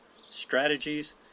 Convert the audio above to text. strategies